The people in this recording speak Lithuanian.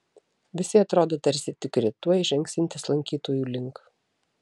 visi atrodo tarsi tikri tuoj žengsiantys lankytojų link